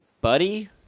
Buddy